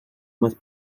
más